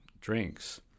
drinks